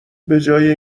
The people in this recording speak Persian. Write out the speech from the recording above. بجای